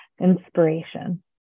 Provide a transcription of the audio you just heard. inspiration